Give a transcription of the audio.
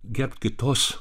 gerbt kitos